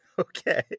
Okay